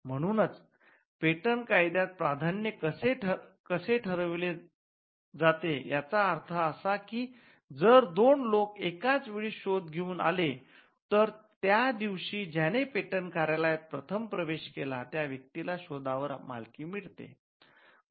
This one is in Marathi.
म्हणूनच पेटंट कायद्यात प्राधान्य कसे ठरविले जाते याचा अर्थ असा की जर दोन लोक एकाच वेळी शोध घेऊन आले तर त्या दिवशी ज्याने पेटंट कार्यालयात प्रथम प्रवेश केला त्या व्यक्तीला शोधावर मालकी मिळते